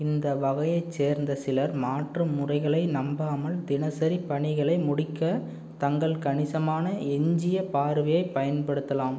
இந்த வகையைச் சேர்ந்த சிலர் மாற்று முறைகளை நம்பாமல் தினசரி பணிகளை முடிக்க தங்கள் கணிசமான எஞ்சிய பார்வையைப் பயன்படுத்தலாம்